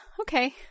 okay